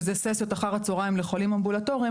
שזה ססיות אחר הצוהריים לחולים אמבולטוריים,